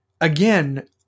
again